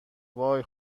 وای